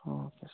اللہ حافِظ